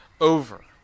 over